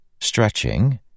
Stretching